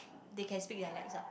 they can speak dialects ah